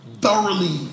thoroughly